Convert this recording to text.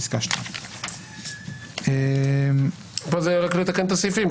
פסקה 2. פה זה יהיה רק לתקן את הסעיפים?